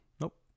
nope